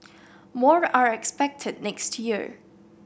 more are expected next year